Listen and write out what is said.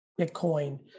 Bitcoin